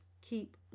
keep